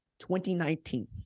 2019